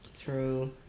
True